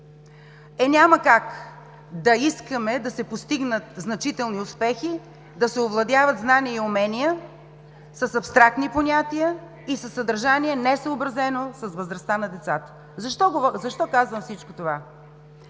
Е, няма как да искаме да се постигнат значителни успехи, да се овладяват знания и умения с абстрактни понятия и със съдържание, несъобразено с възрастта на децата. Защо казвам всичко това?